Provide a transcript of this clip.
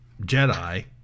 Jedi